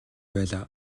байлаа